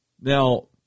Now